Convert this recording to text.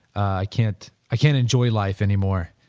i can't i can't enjoy life anymore.